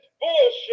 bullshit